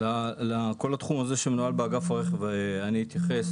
לכל התחום הזה שמנוהל באגף הרכב, אתייחס.